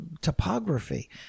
topography